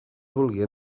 vulgui